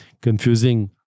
confusing